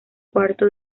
cuarto